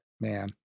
man